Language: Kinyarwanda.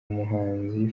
umuhanzi